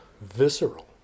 visceral